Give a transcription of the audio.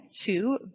two